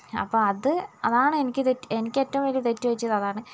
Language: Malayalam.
അപ്പോൾ അത് അതാണ് എനിക്ക് തെറ്റ് എനിക്ക് ഏറ്റവും വലിയ തെറ്റ് പറ്റിയതതാണ്